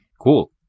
Cool